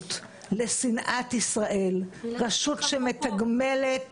הילדות לשנאת ישראל, רשות שמתגמלת